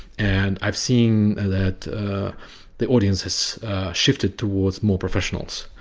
and i've seen that the audience has shifted towards more professionals.